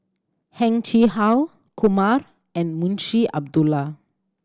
Heng Chee How Kumar and Munshi Abdullah